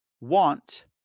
want